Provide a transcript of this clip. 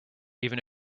even